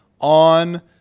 on